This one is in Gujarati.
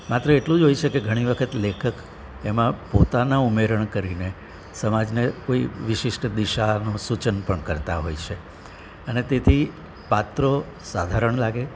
માત્ર એટલું જ હોય છે કે ઘણી વખત લેખક એમા પોતાનાં ઉમેરણ કરીને સમાજને કોઈ વિશિષ્ટ દિશાનું સૂચન પણ કરતા હોય છે અને તેથી પાત્રો સાધારણ લાગે